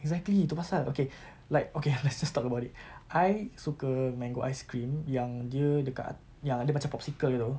exactly itu pasal okay like okay let's just talk about it I suka mango ice cream yang dia dekat at~ yang ada macam popsicle itu